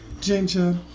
ginger